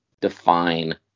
define